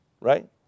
right